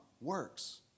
works